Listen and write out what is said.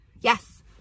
Yes